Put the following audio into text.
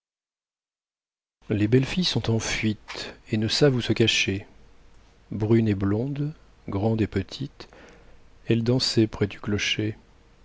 les belles filles sont en fuite et ne savent où se cacher brune et blonde grande et petite elles dansaient près du clocher